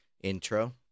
intro